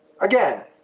Again